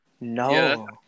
No